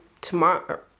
tomorrow